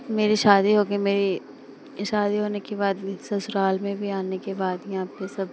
मेरी शादी हो गई मेरी शादी होने के बाद ससुराल में भी आने के बाद यहाँ पर सब